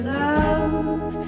love